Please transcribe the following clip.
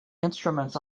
instruments